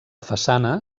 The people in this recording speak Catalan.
façana